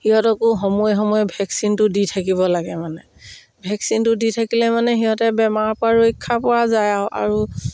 সিহঁতকো সময়ে সময়ে ভেকচিনটো দি থাকিব লাগে মানে ভেকচিনটো দি থাকিলে মানে সিহঁতে বেমাৰৰ পৰা ৰক্ষা পৰা যায় আও আৰু